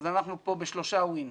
אבל אנחנו כאן בשלושה וין.